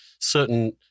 certain